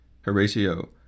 Horatio